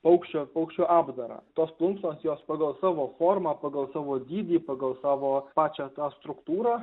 paukščio paukščių apdarą tos plunksnos jos pagal savo formą pagal savo dydį pagal savo pačią tą struktūrą